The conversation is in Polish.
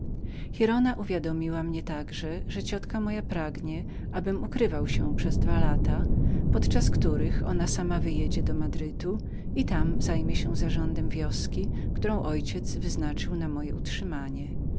giralda uwiadomiła mnie także że ciotka moja dalanosa życzyła abym ukrywał się przez dwa lata podczas których ona sama wyjedzie do madrytu i tam zajmie się zarządem wioski jaką ojciec wyznaczył na moje utrzymanie